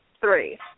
three